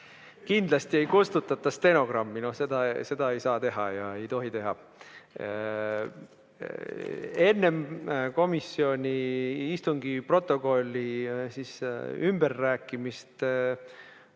Kindlasti ei kustutata seda stenogrammist. Seda ei saa teha ja ei tohi teha. Enne komisjoni istungi protokolli ülerääkimist oli